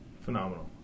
Phenomenal